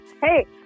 Hey